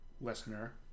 listener